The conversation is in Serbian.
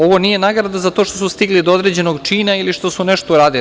Ovo nije nagrada za to što su stigli do određenog čina, ili što su nešto uradili.